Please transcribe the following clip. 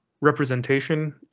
representation